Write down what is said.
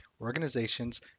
organizations